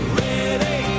ready